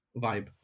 vibe